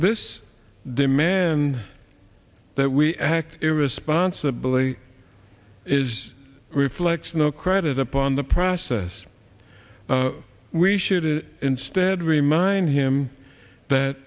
this demand that we act irresponsibly is reflects no credit upon the process we should instead remind him that